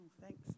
Thanks